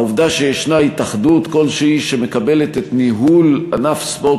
העובדה שישנה התאחדות כלשהי שמקבלת ניהול ענף ספורט